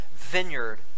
Vineyard